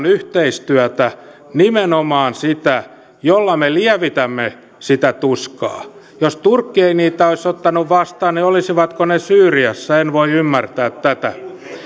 yhteistyötä nimenomaan sitä jolla me lievitämme sitä tuskaa jos turkki ei heitä olisi ottanut vastaan olisivatko he syyriassa en voi ymmärtää tätä